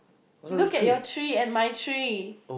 look at your tree and my tree